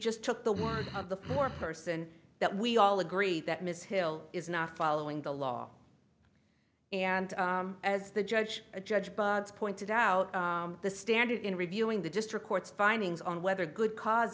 just took the one of the more person that we all agree that ms hill is not following the law and as the judge a judge bug's pointed out the standard in reviewing the district court's findings on whether good cause